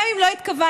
גם אם לא התכוונתם,